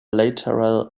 lateral